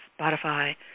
Spotify